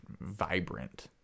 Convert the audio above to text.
vibrant